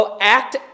act